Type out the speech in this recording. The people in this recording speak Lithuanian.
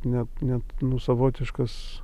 net net savotiškas